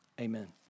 amen